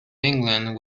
england